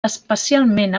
especialment